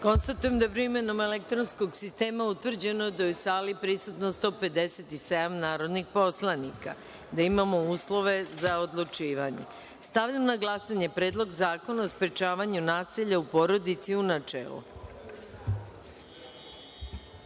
jedinice. Konstatujem da je primenom elektronskog sistema utvrđeno da je u sali prisutno 157 narodnih poslanika i da imamo uslove za odlučivanje. Stavljam na glasanje Predlog zakona o sprečavanju nasilja u porodici, u